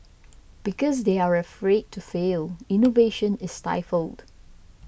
because they are afraid to fail innovation is stifled